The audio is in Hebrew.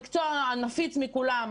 המקצוע הנפיץ מכולם,